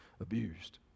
abused